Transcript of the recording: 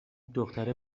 دختره